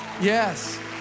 Yes